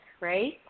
right